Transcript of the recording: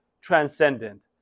transcendent